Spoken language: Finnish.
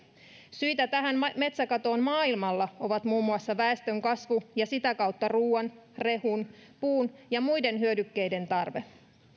syitä tähän metsäkatoon maailmalla ovat muun muassa väestönkasvu ja sitä kautta ruuan rehun puun ja muiden hyödykkeiden tarve